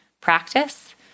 practice